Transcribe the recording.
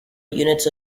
units